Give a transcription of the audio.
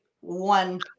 one